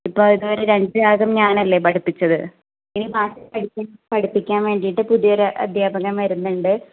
ഇപ്പോൾ ഇതുവരെ ഒരു അഞ്ച് രാഗം ഞാനല്ലേ പഠിപ്പിച്ചത് ഇനി ബാക്കി പഠിപ്പി പഠിപ്പിക്കാൻ വേണ്ടിയിട്ട് പുതിയൊരു അധ്യാപകൻ വരുന്നുണ്ട്